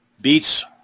beats